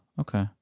okay